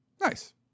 Nice